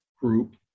group